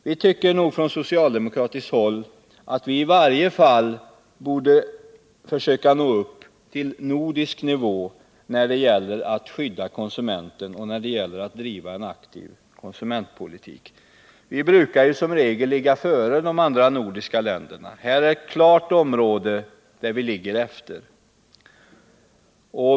Vi tycker från socialdemokratiskt håll att vi i varje fall borde försöka nå upp till nordisk nivå när det gäller att skydda konsumenten och driva en aktiv konsumentpolitik. Som regel ligger vi ju före de andra nordiska länderna. Här är ett område där vi klart ligger efter.